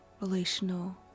relational